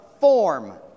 form